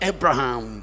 Abraham